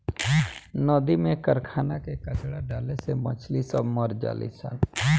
नदी में कारखाना के कचड़ा डाले से मछली सब मर जली सन